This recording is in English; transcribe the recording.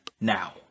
Now